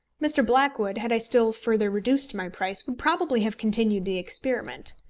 mr. blackwood, had i still further reduced my price, would probably have continued the experiment.